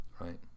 right